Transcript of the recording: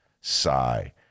sigh